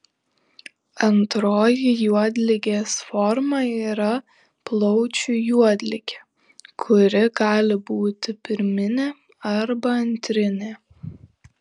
antroji juodligės forma yra plaučių juodligė kuri gali būti pirminė arba antrinė